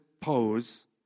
pose